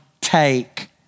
take